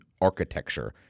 architecture